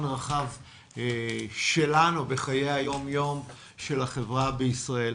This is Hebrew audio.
רחב שלנו בחיי היום-יום של החברה בישראל.